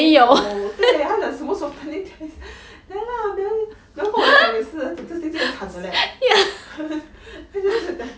没有对他讲说什么 shortening taste ya lah mel mel 跟我讲也是讲这 jing jing 很惨的 leh then 他就讲